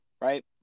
right